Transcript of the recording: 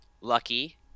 Lucky